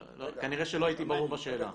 כנראה שלא הייתי ברור בשאלה.